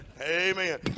Amen